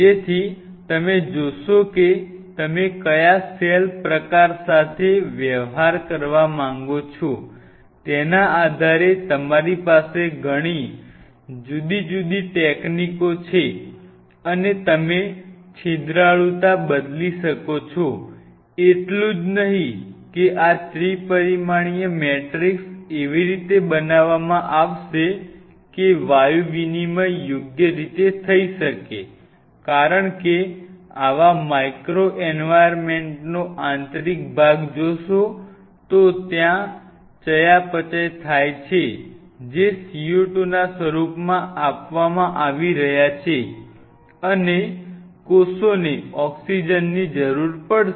તેથી તમે જોશો કે તમે કયા સેલ પ્રકાર સાથે વ્યવહાર કરવા માગો છો તેના આધારે તમારી પાસે ઘણી જુદી જુદી ટેકનીકો છે અને તમે છિદ્રાળુતા બદલી શકો છો એટલું જ નહીં કે આ ત્રિપરિમાણીય મેટ્રિક્સ એવી રીતે બનાવવામાં આવશે કે વાયુ વિનિમય યોગ્ય રીતે થ ઈ શકે કારણ કે આવા માઈક્રો એન્વાર્યમેન્ટ નો આંતરિક ભાગ જોશો તો ત્યાં ચયાપચય થાય છે જે CO2 ના સ્વરૂપમાં આપવામાં આવી રહ્યા છે અને કોષોને ઓક્સિજનની જરૂર પડશે